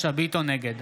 נגד